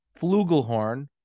flugelhorn